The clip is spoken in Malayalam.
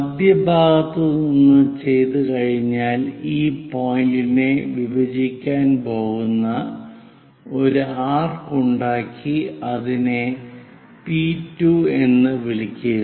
മധ്യഭാഗത്ത് നിന്ന് ചെയ്തുകഴിഞ്ഞാൽ ഈ പോയിന്റിനെ വിഭജിക്കാൻ പോകുന്ന ഒരു ആർക്ക് ഉണ്ടാക്കി അതിനെ പി 2 എന്ന് വിളിക്കുക